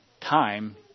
time